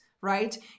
right